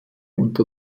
unter